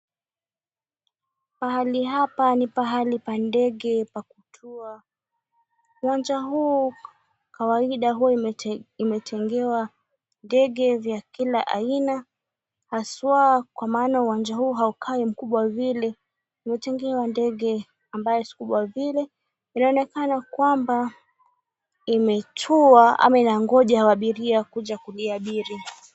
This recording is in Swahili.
Pahali hapa ni pahali pa ndege pa kutua. Uwanja huu kawaida huwa imetengewa ndege vya kila aina haswa kwa maana uwanja huu haukai mkubwa vile, umetengewa ndege ambaye si kubwa vile. Inaonekana kwamba imetua, ama inangoja abiria kuja kuliabiri.